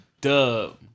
dub